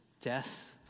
Death